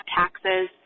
taxes